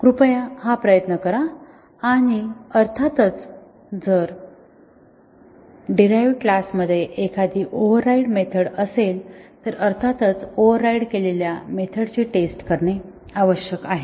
कृपया हा प्रयत्न करा आणि अर्थातच जर डीरहाईवड क्लासमध्ये एखादी ओव्हरराइड मेथड असेल तर अर्थातच ओव्हरराइड केलेल्या मेथड्सची टेस्ट करणे आवश्यक आहे